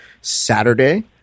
Saturday